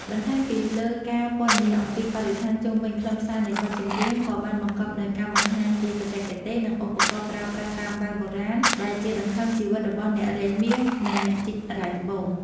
បន្ថែមពីលើការពណ៌នាអំពីបរិស្ថានជុំវិញ ខ្លឹមសារនៃបទចម្រៀងក៏បានបង្កប់នូវការបង្ហាញពីបច្ចេកទេស និងឧបករណ៍ប្រើប្រាស់តាមបែបបុរាណដែលជាដង្ហើមជីវិតរបស់អ្នករែងមាស និងអ្នកជីករ៉ែត្បូង។